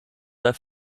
their